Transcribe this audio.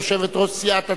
יושבת-ראש סיעת עצמאות,